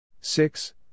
six